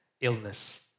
illness